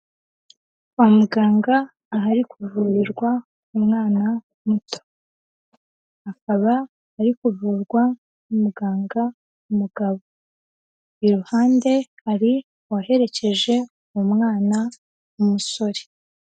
Kwa muganga ahari kuvurirwa umwana muto. Akaba arikuvurwa n'umuganga w'umugabo. Iruhande hari uwaherekeje umwana w'umusore.